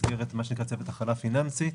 במסגרת מה שנקרא צוות הכלה פיננסית,